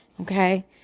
Okay